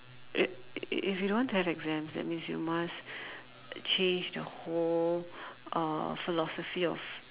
if if you don't want to have exams that means you must change the whole uh philosophy of